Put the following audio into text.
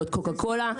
לא את קוקה קולה,